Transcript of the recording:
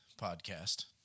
podcast